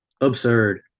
Absurd